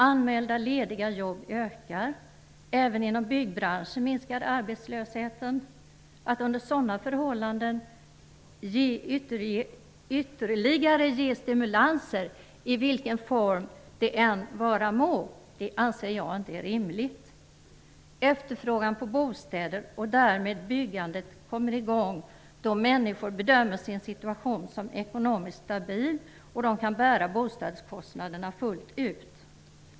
Antalet anmälda lediga jobb ökar. Även inom byggbranschen minskar arbetslösheten. Att under sådana förhållanden ge ytterligare stimulanser, i vilken form det än vara må, anser jag inte vara rimligt. Efterfrågan på bostäder ökar och byggandet kommer i gång då människor bedömer sin situation som ekonomiskt stabil och de kan bära bostadskostnaderna fullt ut.